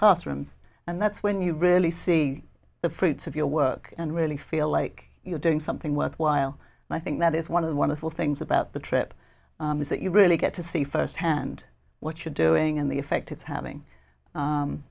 classrooms and that's when you really see the fruits of your work and really feel like you're doing something worthwhile and i think that is one of the wonderful things about the trip is that you really get to see firsthand what you're doing and the effect it's having